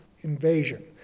invasion